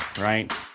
right